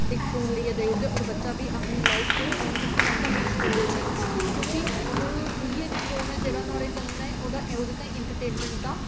इक फोन लेइयै देई ओड़दे ते ओह् बच्चा बी अपनी लाइफ ओह्दे च तुप्पी लैंदा उस फोन च क्योंकि उ'ऐ इक फोन ऐ जेह्ड़ा नुहाड़े कन्नै ओह्दे ताहीं इंटरटेनमैंट दा